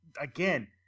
again